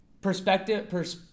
perspective